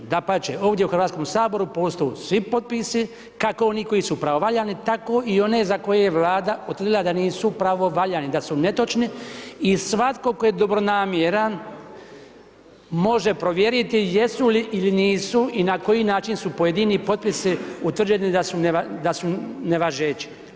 Dapače, ovdje u Hrvatskom saboru postoje svi potpisi, kako oni koji su pravovaljani, tako i one za koje vlada utvrdila da nisu pravovaljani, da su netočni i svatko tko je dobronamjeran, može provjeriti jesu li ili nisu i na koji način su pojedini potpisi, utvrđeni da su nevažeći.